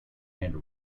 and